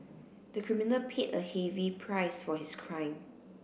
the criminal paid a heavy price for his crime